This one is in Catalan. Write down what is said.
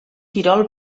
tirol